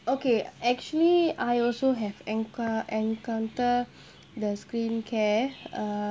okay actually I also have encou~ encounter the skincare uh